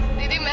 naina.